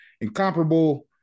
incomparable